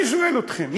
אני שואל אתכם,